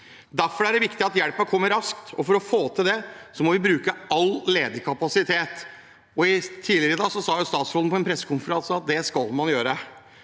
Derfor er det viktig at hjelpen kommer raskt. For å få til det må vi bruke all ledig kapasitet. Tidligere i dag sa statsråden på en pressekonferanse at det skal man gjøre.